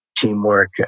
Teamwork